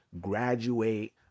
graduate